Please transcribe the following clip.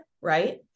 right